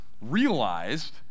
realized